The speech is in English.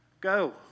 Go